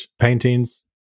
paintings